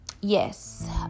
yes